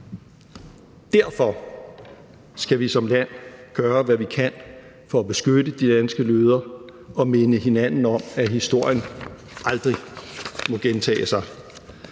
Derfor skal vi som land gøre, hvad vi kan, for at beskytte de danske jøder og minde hinanden om, at historien aldrig må gentage sig.